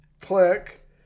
click